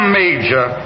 major